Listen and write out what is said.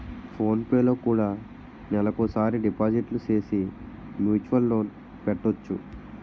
phone పేలో కూడా నెలకోసారి డిపాజిట్లు సేసి మ్యూచువల్ లోన్ పెట్టొచ్చు